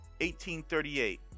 1838